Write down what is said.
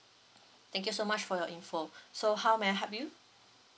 thank you so much for your info so how may I help you